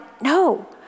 No